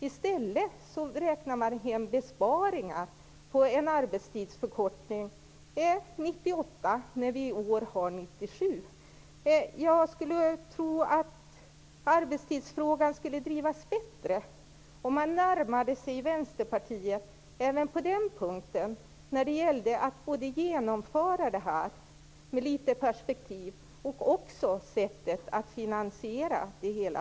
I stället räknar man i år, 1997, in besparingar på en arbetstidsförkortning för 1998. Jag skulle tro att arbetstidsfrågan skulle drivas bättre, om man närmade sig Vänsterpartiet när det gäller både ett genomförande av det här med litet av perspektiv och sättet att finansiera det hela.